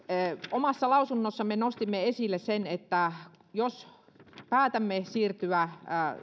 omassa lausunnossamme nostimme esille sen että jos päätämme siirtyä